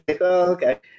Okay